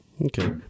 Okay